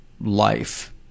life